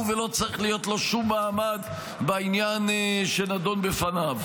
ולא צריך להיות לו שום מעמד בעניין שנדון בפניו.